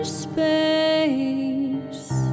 space